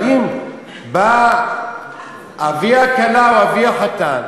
אבל אם בא אבי הכלה או אבי החתן,